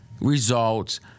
results